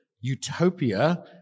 utopia